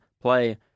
play